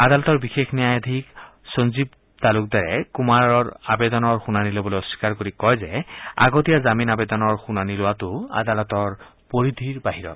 আদালতৰ বিশেষ ন্যায়াধীশ সঞ্জীৱ তালুকদাৰে কুমাৰ আৱেদনৰ শুনানী লবলৈ অস্নীকাৰ কৰি কয় যে আগতীয়া জামিন আৱেদনৰ শুনানী লোৱাটো আদালতৰ পৰিধিৰ বাহিৰত